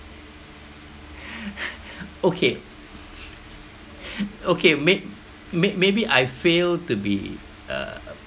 okay okay may~ maybe I fail to be uh